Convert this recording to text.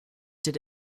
did